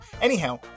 Anyhow